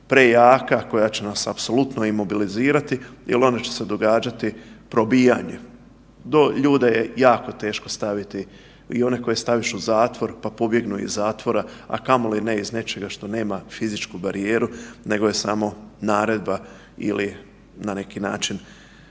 prejaka, koja će nas apsolutno imobilizirati jel onda će se događati probijanje. Ljude je jako teško staviti i one koje staviš u zatvor pa pobjegnu iz zatvora, a kamoli ne iz nečega što nema fizičku barijeru nego je samo naredba ili na neki način